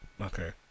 Okay